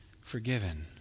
forgiven